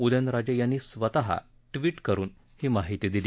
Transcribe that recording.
उदयनराजे यांनी स्वतः ट्विट करुन ही माहिती दिली